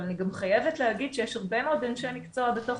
אבל אני גם חייבת להגיד שיש הרבה מאוד אנשי מקצוע בתוך